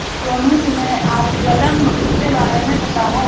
सोनू, तुम्हे ऑर्पिंगटन मुर्गी के बारे में पता है?